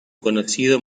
conocido